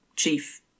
chief